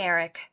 Eric